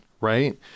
right